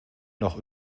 noch